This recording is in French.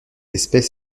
espèce